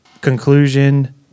conclusion